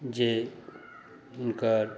जे हुनकर